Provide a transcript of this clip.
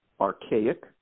archaic